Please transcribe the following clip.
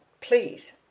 Please